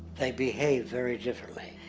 they'd behave very differently.